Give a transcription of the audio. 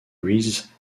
reese